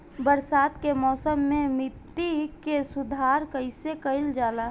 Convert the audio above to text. बरसात के मौसम में मिट्टी के सुधार कईसे कईल जाई?